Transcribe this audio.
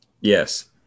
Yes